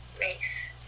race